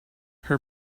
her